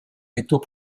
métaux